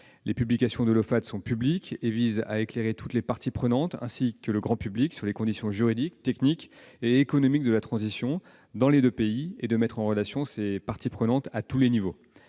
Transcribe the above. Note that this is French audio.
Les publications de l'Ofate sont publiques et visent à éclairer toutes les parties prenantes, ainsi que le grand public, sur les conditions juridiques, techniques et économiques de la transition énergétique dans les deux pays et de mettre en relation ces parties prenantes à tous les échelons.